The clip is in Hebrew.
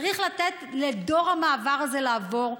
צריך לתת לדור המעבר הזה לעבור,